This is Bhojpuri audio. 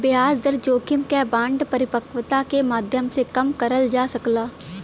ब्याज दर जोखिम क बांड परिपक्वता के माध्यम से कम करल जा सकला